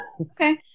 Okay